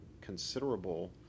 considerable